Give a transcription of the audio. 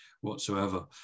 whatsoever